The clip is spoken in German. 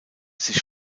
sich